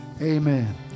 Amen